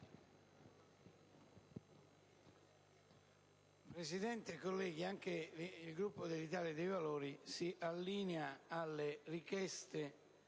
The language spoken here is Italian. Presidente, colleghi, anche il Gruppo dell'Italia dei Valori si allinea alla richiesta